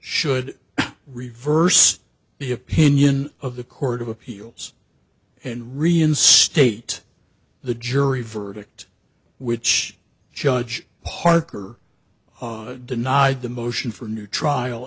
should reverse the opinion of the court of appeals and reinstate the jury verdict which judge harker denied the motion for a new trial